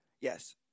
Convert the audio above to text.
Yes